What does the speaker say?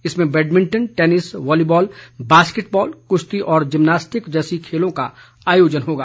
इसमें badminton tennis volleyball basketball कुश्ती और जिमनास्टिक जैसी खेलों का आयोजन होगा